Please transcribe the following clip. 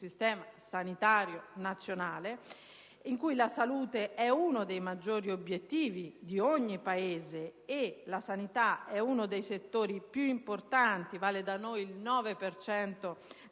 sistema sanitario nazionale, in cui la salute è uno dei maggiori obiettivi - così come in ogni Paese - e la sanità è uno dei settori più importanti: vale da noi il 9 per